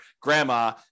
grandma